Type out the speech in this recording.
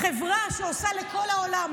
החברה שעושה לכל העולם,